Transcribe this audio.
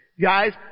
Guys